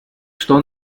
что